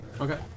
Okay